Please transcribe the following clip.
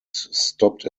stopped